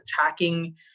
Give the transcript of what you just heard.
attacking